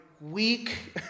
weak